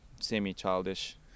semi-childish